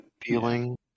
feeling